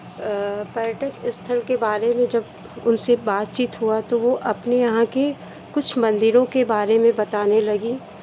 पर्यटक स्थल के बारे में जब उनसे बातचीत हुआ तो वो अपने यहाँ के कुछ मंदिरों के बारे में बताने लगी